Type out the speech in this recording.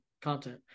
content